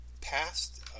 past